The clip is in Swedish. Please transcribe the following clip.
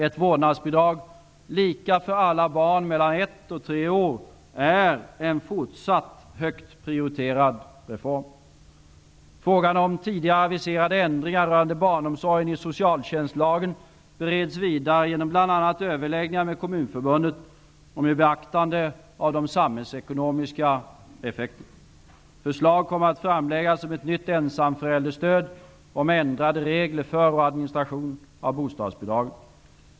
Ett vårdnadsbidrag, lika för alla barn mellan ett och tre år, är en fortsatt högt prioriterad reform. Frågan om tidigare aviserade ändringar rörande barnomsorgen i socialtjänstlagen bereds vidare genom bl.a. överläggningar med Kommunförbundet och med beaktande av de samhällsekonomiska effekterna. Förslag kommer att framläggas om ett nytt ensamförälderstöd och om ändrade regler för och administration av bostadsbidragen.